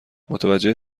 متوجه